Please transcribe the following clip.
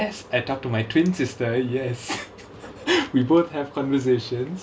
yes I talk to my twin sister yes we both have conversations